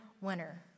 winner